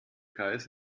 kreis